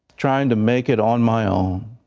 trying to make it on my own